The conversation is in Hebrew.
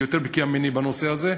שהיא יותר בקיאה ממני בנושא הזה.